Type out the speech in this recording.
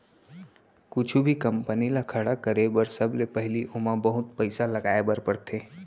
कुछु भी कंपनी ल खड़ा करे बर सबले पहिली ओमा बहुत पइसा लगाए बर परथे